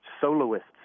soloists